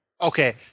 Okay